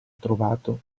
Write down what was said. trovato